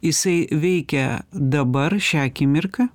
jisai veikia dabar šią akimirką